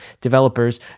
developers